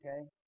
Okay